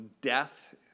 death